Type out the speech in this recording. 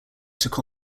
took